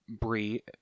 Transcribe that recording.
Brie